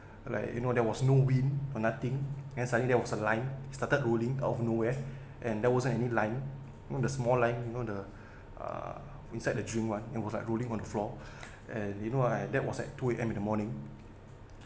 like you know there was no wind or nothing and suddenly there was a line started rolling out of nowhere and there wasn't any line the small line you know the uh inside the gym [one] it was like rolling on the floor and you know I that was at two A_M in the morning